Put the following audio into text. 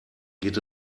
geht